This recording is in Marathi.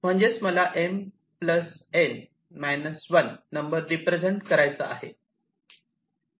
म्हणजेच मला M N 1 नंबर रिप्रेझेंट करायचा आहे